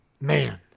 man